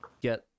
get